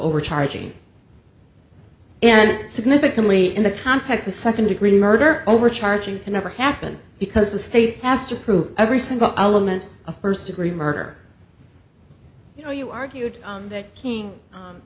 overcharging and significantly in the context of second degree murder overcharging can never happen because the state has to prove every single element of first degree murder you know you argued that king